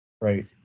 Right